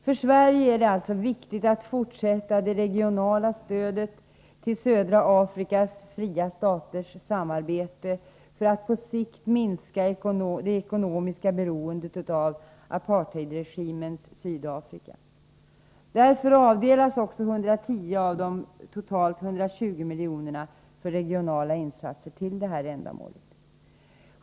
För Sverige är det alltså viktigt att fortsätta det regionala stödet till södra Afrikas fria staters samarbete för att på sikt minska det ekonomiska beroendet av apartheidregimens Sydafrika. Därför avdelas också 110 av de totalt 120 miljonerna för regionala insatser till detta ändamål.